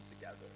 together